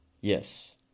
Yes